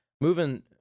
moving